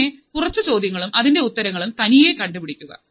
പിന്നേ കുറച്ച് ചോദ്യങ്ങളും അതിൻറെ ഉത്തരങ്ങളും തനിയേ കണ്ടുപിടിക്കുക